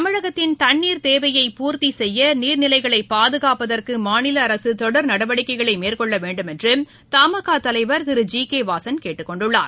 தமிழகத்தின் தண்ணீர் தேவையை பூர்த்தி செய்ய நீர்நிலைகளை பாதுகாப்பதற்கு மாநில அரசு தொடர் நடவடிக்கைகளை மேற்கொள்ள வேண்டும் என்று தமாகா தலைவர் திரு ஜி கே வாசன் கேட்டுக்கொண்டுள்ளார்